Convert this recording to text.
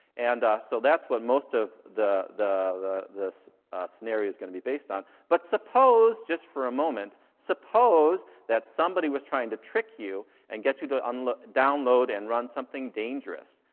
and so that's what most of. the the scenario's gonna be based on. but suppose, just for a moment, suppose that somebody was trying to trick you and get you to and download and run something dangerous,